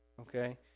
Okay